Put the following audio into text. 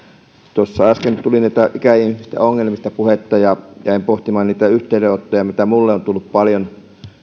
tuossa äsken tuli ikäihmisten ongelmista puhetta ja jäin pohtimaan niitä yhteydenottoja mitä minulle on tullut paljon